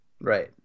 right